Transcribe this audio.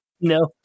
no